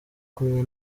kumwe